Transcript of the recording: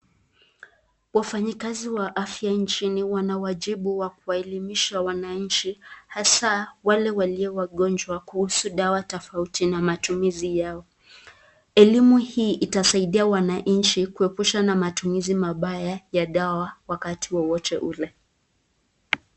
Wafanyi kazi wa afya inchini wanawajibu kwa kuhelimisha wanaichi, hasa wale walio wagonjwa kuhusu dawa tafauti na matumizi yao, elimu hii itasaidia wanachi kuepusha ya dawa wakati wowote.